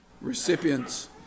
recipients